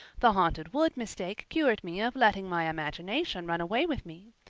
the haunted wood mistake cured me of letting my imagination run away with me.